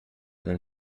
than